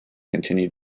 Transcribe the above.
continued